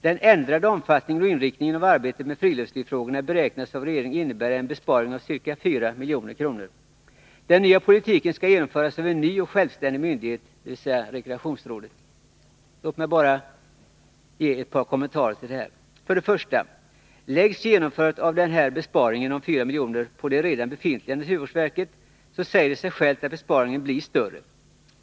Den ändrade omfattningen och inriktningen av arbetet med friluftslivsfrågorna beräknas av regeringen innebära en besparing av ca 4 milj.kr. Den nya politiken skall genomföras av en ny och självständig myndighet, rekreationsrådet. Låt mig bara ge ett par kommentarer till detta. 1. Läggs genomförandet av denna besparing om 4 milj.kr. på det redan befintliga naturvårdsverket, säger det sig självt att besparingen blir större.